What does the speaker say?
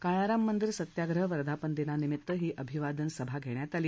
काळाराम मंदिर सत्याग्रह वर्धापनदिनानिमित्त ही अभिवादन सभा घेण्यात आली